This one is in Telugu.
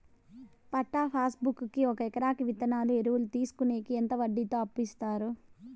పట్టా పాస్ బుక్ కి ఒక ఎకరాకి విత్తనాలు, ఎరువులు తీసుకొనేకి ఎంత వడ్డీతో అప్పు ఇస్తారు?